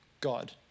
God